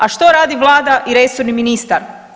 A što radi Vlada i resorni ministar?